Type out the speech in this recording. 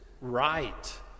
right